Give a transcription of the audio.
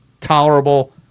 tolerable